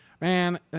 man